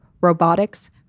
robotics